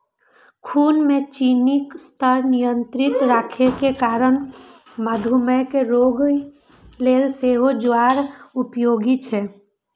खून मे चीनीक स्तर नियंत्रित राखै के कारणें मधुमेह के रोगी लेल सेहो ज्वार उपयोगी छै